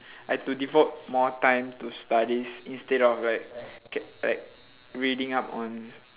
I had to devote more time to studies instead of like okay like reading up on